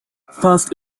first